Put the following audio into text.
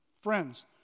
Friends